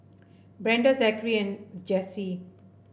Brenda Zakary and Jessye